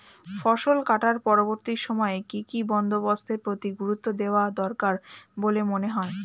ফসল কাটার পরবর্তী সময়ে কি কি বন্দোবস্তের প্রতি গুরুত্ব দেওয়া দরকার বলে মনে হয়?